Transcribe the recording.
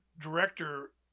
director